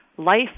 Life